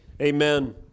Amen